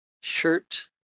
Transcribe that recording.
shirt